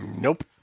Nope